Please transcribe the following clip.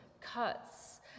cuts